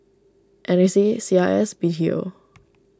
N A C C I S B T O